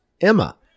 Emma